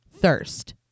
thirst